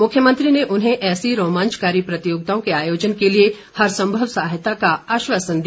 मुख्यमंत्री ने उन्हें ऐसी रोमांचकारी प्रतियोगिताओं के आयोजन के लिए हर संभव सहायता का आश्वासन दिया